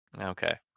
okay